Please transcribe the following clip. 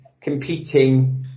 competing